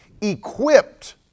equipped